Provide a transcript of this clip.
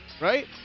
right